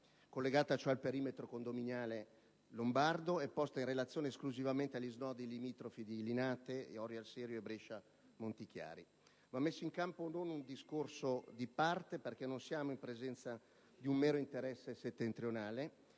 collegata cioè al perimetro condominiale lombardo e posta in relazione esclusivamente agli snodi limitrofi di Linate, Orio al Serio e Brescia Montichiari. Va messo in campo non un discorso di parte, perché non siamo in presenza di un mero interesse settentrionale